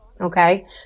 okay